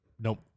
Nope